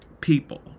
people